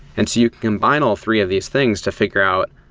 and so you combine all three of these things to figure out,